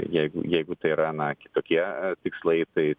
jeigu jeigu tai yra na kitokie tikslai tai